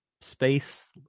space